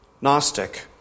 Gnostic